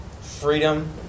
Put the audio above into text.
Freedom